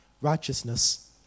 righteousness